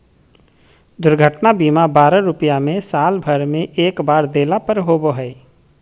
दुर्घटना बीमा बारह रुपया में साल भर में एक बार देला पर होबो हइ